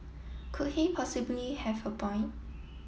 could he possibly have a point